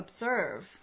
observe